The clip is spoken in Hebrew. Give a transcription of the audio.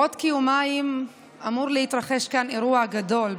בעוד כיומיים אמור להתרחש כאן אירוע גדול,